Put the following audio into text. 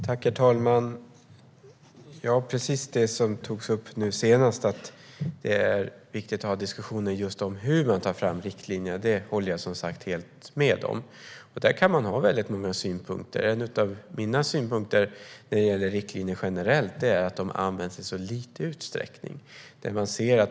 Herr talman! Precis som togs upp nu senast är det viktigt att ha en diskussion om hur man tar fram riktlinjer. Det håller jag med om. Man kan ha många synpunkter på detta. En synpunkt som jag har när det gäller riktlinjer generellt är att de används i så liten utsträckning.